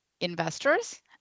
investors